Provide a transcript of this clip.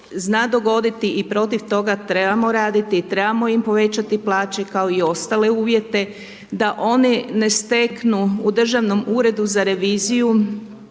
zna dogoditi i protiv toga trebamo raditi i trebamo im povećati plaće kao i ostale uvjete da oni ne steklu u Državnom uredu za reviziju